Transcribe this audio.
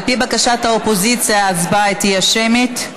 על פי בקשת האופוזיציה, ההצבעה תהיה שמית.